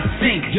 sink